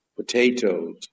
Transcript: potatoes